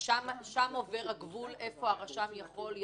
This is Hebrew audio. שם עובר הגבול איפה לרשם יש